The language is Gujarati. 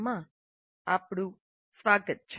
માં આપનું સ્વાગત છે